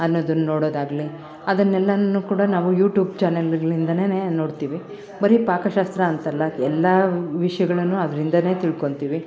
ಅನ್ನೋದನ್ನು ನೋಡೋದಾಗಲಿ ಅದನೆಲ್ಲನು ಕೂಡ ನಾವು ಯೂಟ್ಯೂಬ್ ಚಾನಲ್ಗಳಿಂದನೇ ನೋಡ್ತೀವಿ ಬರೀ ಪಾಕಶಾಸ್ತ್ರ ಅಂತಲ್ಲ ಎಲ್ಲ ವಿಷಯಗಳನ್ನೂ ಅದ್ರಿಂದಲೇ ತಿಳ್ಕೊತಿವಿ